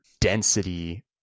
density